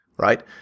right